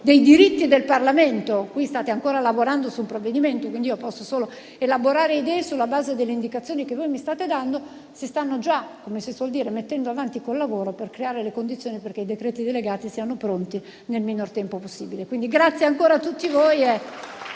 dei diritti del Parlamento - qui state ancora lavorando su un provvedimento e, quindi, posso solo elaborare idee sulla base delle indicazioni che mi state dando - si stanno già mettendo avanti con il lavoro - come si suol dire - per creare le condizioni affinché i decreti delegati siano pronti nel minor tempo possibile. Ringrazio ancora tutti voi